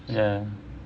ya